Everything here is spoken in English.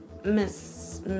miss